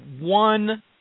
one